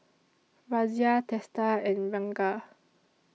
Razia Teesta and Ranga